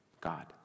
God